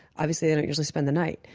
obviously, they don't usually spend the night.